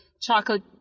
chocolate